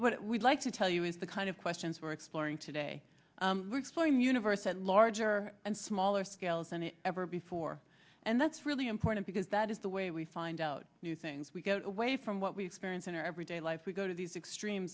what we'd like to tell you is the kind of questions we're exploring today we're exploring the universe at larger and smaller scales and the ever before and that's really important because that is the way we find out new things we get away from what we experience in our everyday life we go to these extreme